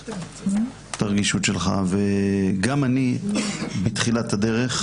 וגם אני בתחילת הדרך,